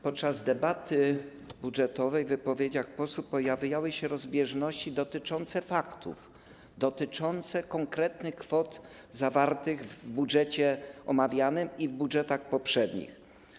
Podczas debaty budżetowej w wypowiedziach posłów pojawiały się rozbieżności dotyczące faktów dotyczące konkretnych kwot zawartych w budżecie omawianym i w budżetach poprzednich.